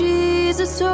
Jesus